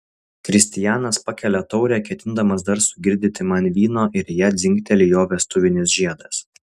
kristijanas pakelia taurę ketindamas dar sugirdyti man vyno ir į ją dzingteli jo vestuvinis žiedas